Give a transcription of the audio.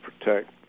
protect